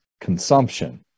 consumption